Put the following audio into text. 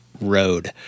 road